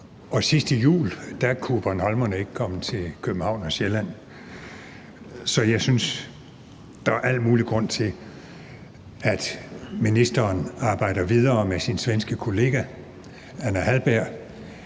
sidste jul kunne bornholmerne ikke komme til København og Sjælland. Så jeg synes, der er al mulig grund til, at ministeren arbejder videre med sin svenske kollega, Anna Hallberg,